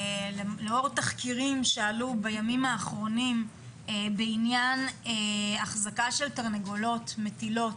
לאור תחקירים שעלו בימי האחרונים בעניין אחזקה של תרנגולות מטילות,